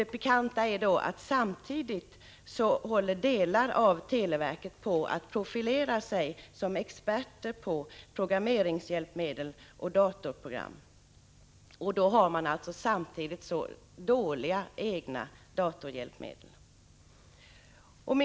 Det pikanta ligger i att vissa delar av televerket samtidigt håller på att profilera sig som experter på programmeringshjälpmedel och datorprogram. Detta sker alltså på samma gång som de egna datorhjälpmedlen är så dåliga.